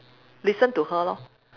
listen to her lor